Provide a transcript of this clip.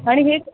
आणि हे